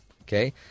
Okay